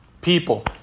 people